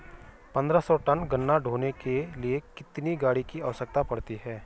पन्द्रह सौ टन गन्ना ढोने के लिए कितनी गाड़ी की आवश्यकता पड़ती है?